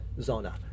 Zona